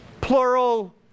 plural